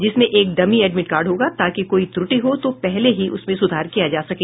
जिसमें एक dummy admit card होगा ताकि कोई त्रुटि हो तो पहले ही उसमें सुधार किया जा सके